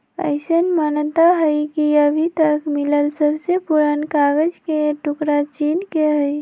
अईसन मानता हई कि अभी तक मिलल सबसे पुरान कागज के टुकरा चीन के हई